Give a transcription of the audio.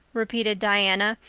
repeated diana,